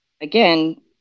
again